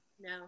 No